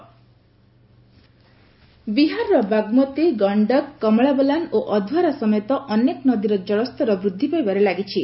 Bihar flood ବିହାରର ବାଗମତୀ ଗଶ୍ଚକ କମଳାବଲାନ ଓ ଅଧୱାରା ସମେତ ଅନେକ ନଦୀର ଜଳସ୍ତର ବୃଦ୍ଧି ପାଇବାରେ ଲାଗିଛି